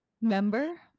member